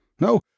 No